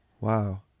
wow